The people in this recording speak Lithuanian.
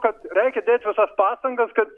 kad reikia dėt visas pastangas kad